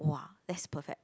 [wah] that's perfect